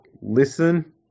listen